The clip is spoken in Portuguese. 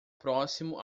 próximo